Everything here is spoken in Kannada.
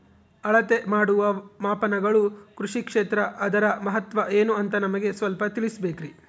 ಅಳತೆ ಮಾಡುವ ಮಾಪನಗಳು ಕೃಷಿ ಕ್ಷೇತ್ರ ಅದರ ಮಹತ್ವ ಏನು ಅಂತ ನಮಗೆ ಸ್ವಲ್ಪ ತಿಳಿಸಬೇಕ್ರಿ?